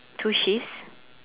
two shifts